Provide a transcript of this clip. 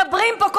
מדברים פה,